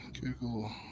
Google